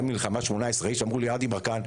מלחמה של 18 איש שאמרו לי: עדי ברקן,